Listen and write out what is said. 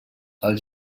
els